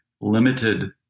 limited